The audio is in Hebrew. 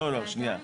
לא, לא, שנייה.